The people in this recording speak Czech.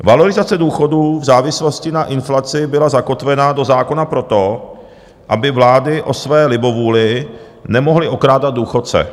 Valorizace důchodů v závislosti na inflaci byla zakotvena do zákona proto, aby vlády o své libovůli nemohly okrádat důchodce.